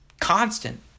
constant